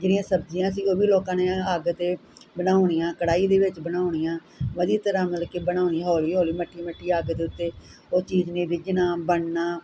ਜਿਹੜੀਆਂ ਸਬਜ਼ੀਆਂ ਸੀ ਉਹ ਵੀ ਲੋਕਾਂ ਨੇ ਅੱਗ 'ਤੇ ਬਣਾਉਣੀਆਂ ਕੜਾਹੀ ਦੇ ਵਿੱਚ ਬਣਾਉਣੀਆ ਵਧੀਆ ਤਰ੍ਹਾਂ ਮਤਲਬ ਕਿ ਬਣਾਉਣੀਆਂ ਹੌਲੀ ਹੌਲੀ ਮੱਠੀ ਮੱਠੀ ਅੱਗ ਦੇ ਉੱਤੇ ਉਹ ਚੀਜ਼ ਨੇ ਰਿੱਝਣਾ ਬਣਨਾ